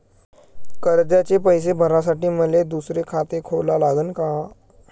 कर्जाचे पैसे भरासाठी मले दुसरे खाते खोला लागन का?